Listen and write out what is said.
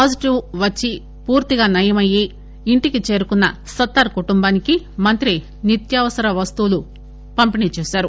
positive వచ్చి పూర్తిగా నయంఅయి ఇంటికి చేరుకున్న సత్తార్ కుటుంబానికి మంత్రి నిత్యావసర సరుకులు పంపిణీ చేశారు